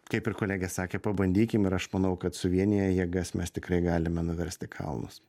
kaip ir kolegė sakė pabandykim ir aš manau kad suvieniję jėgas mes tikrai galime nuversti kalnus